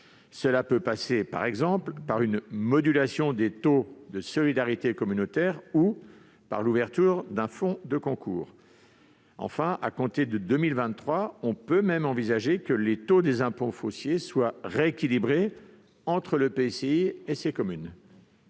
Cela peut passer, par exemple, par une modulation des dotations de solidarités communautaires ou par l'ouverture de fonds de concours. À compter de 2023, on peut même envisager que les taux des impôts fonciers soient rééquilibrés entre l'EPCI et ses communes.